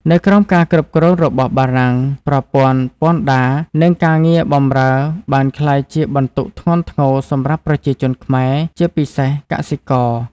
នៅក្រោមការគ្រប់គ្រងរបស់បារាំង ប្រព័ន្ធពន្ធដារ និងការងារបម្រើបានក្លាយជាបន្ទុកធ្ងន់ធ្ងរសម្រាប់ប្រជាជនខ្មែរ ជាពិសេសកសិករ។